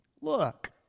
Look